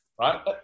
Right